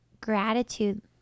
gratitude